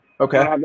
Okay